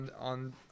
on